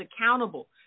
accountable